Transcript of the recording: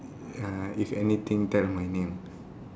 uh if anything tell my name